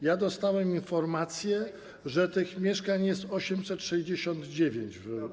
Ja dostałem informację, że tych mieszkań jest 869 wybudowanych.